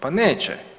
Pa neće.